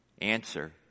Answer